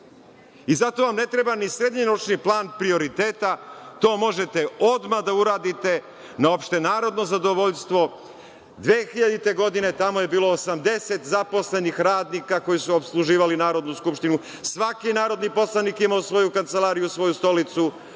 Zato vam ne treba ni srednjeročni plan prioriteta. To možete odmah da uradite, na opšte narodno zadovoljstvo. Godine 2000. tamo je bilo 80 zaposlenih radnika koji su opsluživali Narodnu skupštinu. Svaki narodni poslanik je imao svoju kancelariju, svoju stolicu,